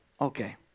okay